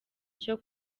cyo